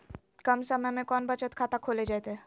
कम समय में कौन बचत खाता खोले जयते?